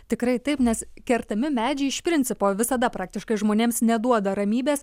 tikrai taip nes kertami medžiai iš principo visada praktiškai žmonėms neduoda ramybės